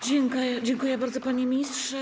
Dziękuję bardzo, panie ministrze.